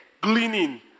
gleaning